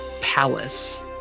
palace